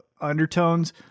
undertones